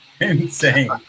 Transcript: Insane